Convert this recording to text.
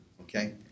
okay